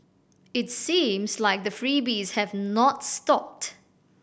it seems like the freebies have not stopped